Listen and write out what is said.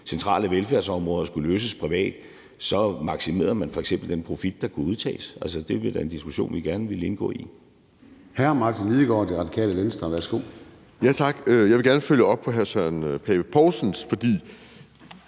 centrale velfærdsområder skulle løses privat, så maksimerede man f.eks. den profit, der kunne udtages. Det ville være en diskussion, vi gerne ville indgå i.